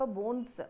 bones